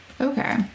Okay